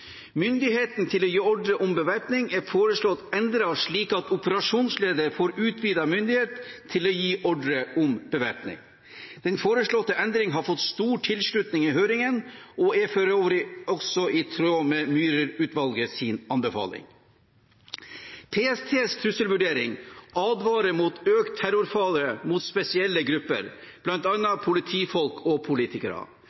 Myndigheten til å gi ordre om bevæpning er foreslått endret slik at operasjonsleder får utvidet myndighet til å gi ordre om bevæpning. Den foreslåtte endringen har fått stor tilslutning i høringen og er for øvrig også i tråd med Myhrer-utvalgets anbefaling. PST advarer i sin trusselvurdering mot økt terrorfare mot spesielle grupper, bl.a. politifolk og politikere.